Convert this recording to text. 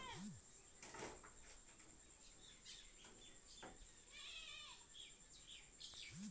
এই টেডার হচ্ছে এক ধরনের যন্ত্র যেটা খড় তৈরি কোরার প্রক্রিয়াকে সহজ কোরে দিয়েছে